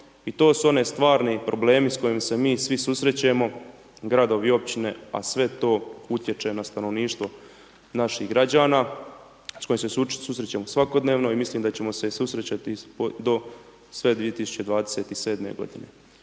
I to su oni stvarni problemi s kojima se mi svi susrećemo, gradovi, općine a sve to utječe na stanovništvo naših građana s kojima se susrećemo svakodnevno i mislim da ćemo se i susretati sve do 2027. godine.